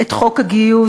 את חוק הגיוס,